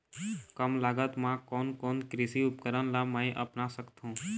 कम लागत मा कोन कोन कृषि उपकरण ला मैं अपना सकथो?